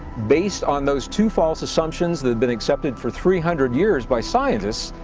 based on those two false assumptions, that had been accepted for three hundred years by scientists,